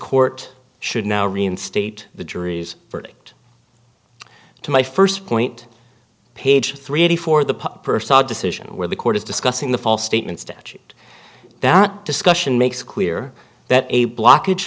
court should now reinstate the jury's verdict to my first point page three eighty four the decision where the court is discussing the false statements to achieve that discussion makes clear that a blockage